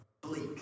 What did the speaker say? bleak